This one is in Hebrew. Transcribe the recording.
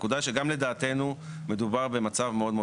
הנקודה היא שגם לדעתנו מדובר במצב מאוד מאוד